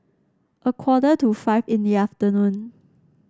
a quarter to five in the afternoon